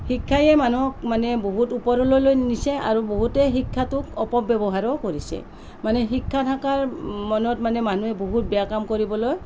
শিক্ষাই মানুহক মানে বহুত ওপৰলৈ নিছে আৰু বহুতেই শিক্ষাটোক অপব্যৱহাৰো কৰিছে মানে শিক্ষা থকা মনত মানে মানুহে বহুত বেয়া কাম কৰিবলৈ